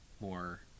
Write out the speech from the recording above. more